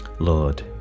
Lord